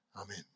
Amen